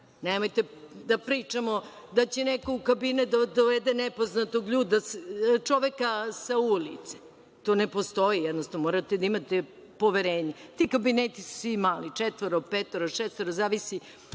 Nemojte da pričamo da će neko u kabinet da dovede nepoznatog čoveka sa ulice. To ne postoji. Morate da imate poverenje. Ti kabineti su svi mali – četvoro, petoro, šestoro, zavisi